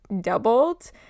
doubled